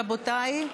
רבותיי,